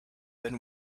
been